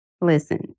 listen